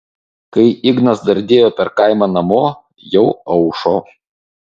kai ignas dardėjo per kaimą namo jau aušo